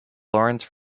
laurence